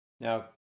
Now